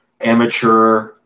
amateur